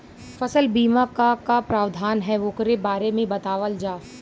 फसल बीमा क का प्रावधान हैं वोकरे बारे में बतावल जा?